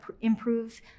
improve